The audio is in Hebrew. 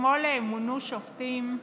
אתמול מונו שופטים,